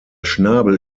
schnabel